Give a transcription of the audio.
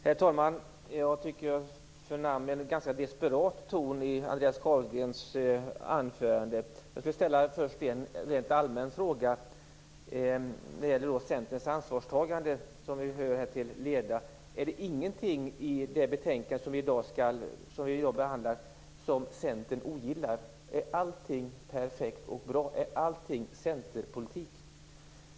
Herr talman! Jag tycker att jag förnam en ganska desperat ton i Andreas Carlgrens anförande. Jag skulle först vilja ställa en allmän fråga. Den gäller Centerns ansvarstagande. Det har vi ju hört om till leda här. Är det ingenting i det betänkande som vi i dag behandlar som Centern ogillar? Är allting perfekt och bra? Är allting centerpolitik?